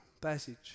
passage